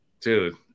Dude